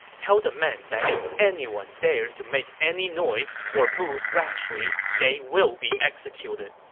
tell the men that if anyone dares to make any noise or move rashly, they will be executed!